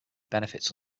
benefits